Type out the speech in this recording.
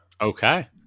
Okay